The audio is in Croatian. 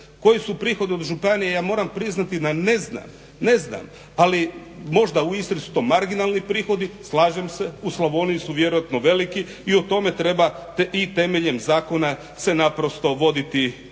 Koji su prihodi od županije? Ja moram priznati da ne znam, ne znam, ali možda u Istri su to marginalni prihodi slažem se, u Slavoniji su vjerojatno veliki i o tome treba i temeljem zakona se naprosto voditi